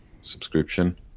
subscription